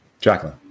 Jacqueline